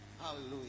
Hallelujah